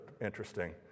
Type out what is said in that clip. interesting